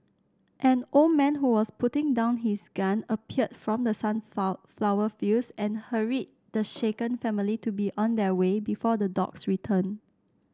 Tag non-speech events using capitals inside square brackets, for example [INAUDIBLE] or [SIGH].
an old man who was putting down his gun appeared from the sun [UNINTELLIGIBLE] sunflower fields and hurried the shaken family to be on their way before the dogs return